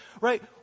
Right